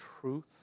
truth